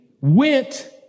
went